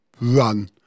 run